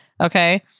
okay